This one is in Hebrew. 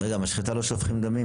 אז יש לך אחר כך מנגנון.